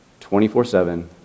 24-7